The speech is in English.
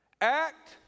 Act